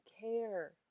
care